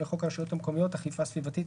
לחוק הרשויות המקומיות (אכיפה סביבתית,